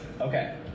okay